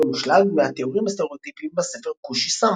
המושלג" מהתיאורים הסטריאוטיפיים בספר כושי סמבו.